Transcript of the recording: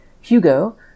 Hugo